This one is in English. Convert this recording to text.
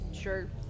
sure